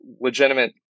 legitimate